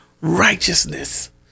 Righteousness